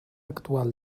actual